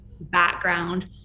background